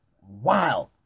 wild